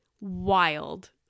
wild